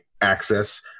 access